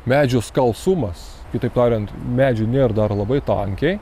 medžių skalsumas kitaip tariant medžių nėr dar labai tankiai